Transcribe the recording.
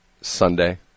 Sunday